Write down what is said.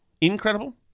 Incredible